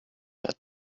had